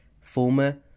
former